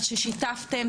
על ששיתפתן,